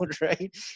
right